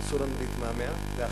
אסור לנו להתמהמה, זה עכשיו.